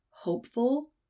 Hopeful